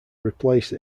replace